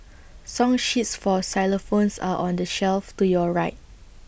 song sheets for xylophones are on the shelf to your right